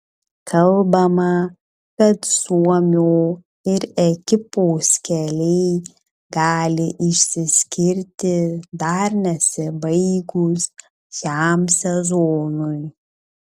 kalbama kad suomio ir ekipos keliai gali išsiskirti dar nesibaigus šiam sezonui